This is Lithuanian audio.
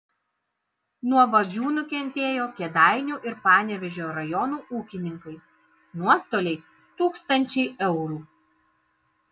nuo vagių nukentėjo kėdainių ir panevėžio rajonų ūkininkai nuostoliai tūkstančiai eurų